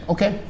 Okay